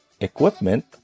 equipment